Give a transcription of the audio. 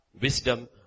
wisdom